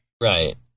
Right